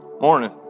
Morning